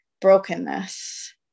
brokenness